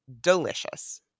delicious